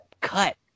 cut